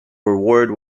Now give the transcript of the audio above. reward